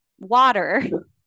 Water